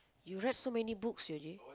you read so many books already